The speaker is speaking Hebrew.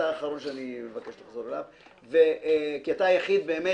אתה אחרון שאני מבקש לחזור אליו כי אתה היחיד באמת